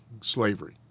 slavery